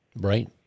right